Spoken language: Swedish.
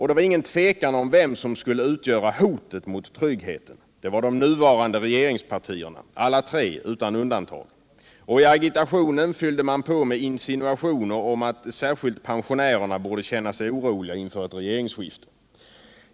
Det var inget tvivel om vem som skulle utgöra hotet mot tryggheten — det var de nuvarande regeringspartierna, alla tre utan undantag. Och i agitationen fyllde man på med insinuationer om att särskilt pensionärerna borde känna sig oroliga inför ett regeringsskifte.